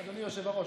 אדוני היושב-ראש,